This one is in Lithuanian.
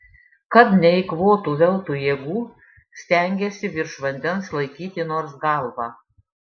kad neeikvotų veltui jėgų stengėsi virš vandens laikyti nors galvą